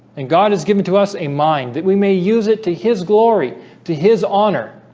and god has given to us a mind that we may use it to his glory to his honor